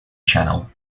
channel